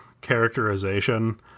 characterization